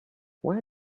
where